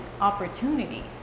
opportunity